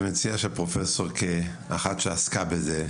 אני מציע שפרופסור כאחת שעסקה בזה,